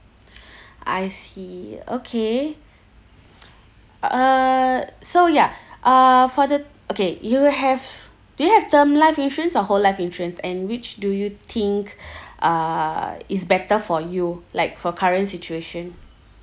I see okay uh so ya uh for the okay you have do you have term life insurance or whole life insurance and which do you think uh is better for you like for current situation